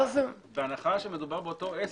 בהנחה שמדובר באותו עסק.